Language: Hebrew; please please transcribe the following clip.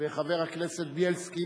חבר הכנסת בילסקי,